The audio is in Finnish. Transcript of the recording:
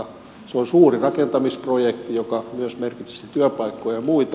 se on suuri rakentamisprojekti joka myös merkitsisi työpaikkoja ja muita